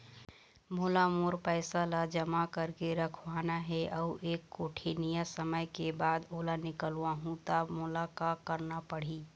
मोला मोर पैसा ला जमा करके रखवाना हे अऊ एक कोठी नियत समय के बाद ओला निकलवा हु ता मोला का करना पड़ही?